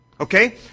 Okay